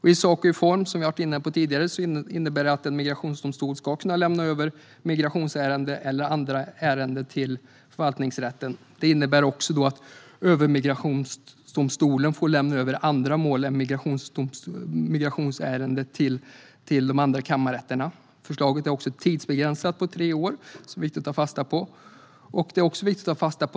I sak och form innebär det att en migrationsdomstol ska kunna lämna över migrationsärenden eller andra ärenden till förvaltningsrätten. Det innebär också att Migrationsöverdomstolen får lämna över andra mål än migrationsärenden till övriga kammarrätter. Förslaget är tidsbegränsat till tre år, vilket är viktigt att ta fasta på.